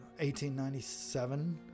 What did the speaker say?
1897